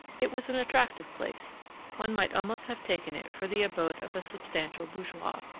it was an attractive place one might almost have taken it for the abode of a substantial bourgeois.